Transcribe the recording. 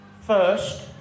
First